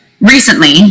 recently